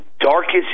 darkest